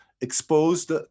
exposed